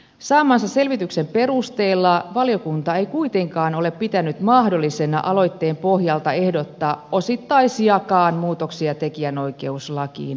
saamansa selvityksen perusteella valiokunta ei kuitenkaan ole pitänyt mahdollisena aloitteen pohjalta ehdottaa osittaisiakaan muutoksia tekijänoikeuslakiin